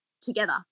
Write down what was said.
together